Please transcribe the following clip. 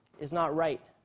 it's not right.